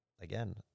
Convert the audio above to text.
Again